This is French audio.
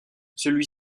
celui